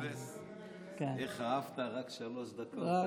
איך אהבת, רק שלוש דקות.